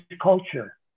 culture